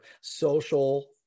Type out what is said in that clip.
social